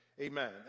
Amen